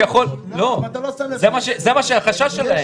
זה החשש שלהם,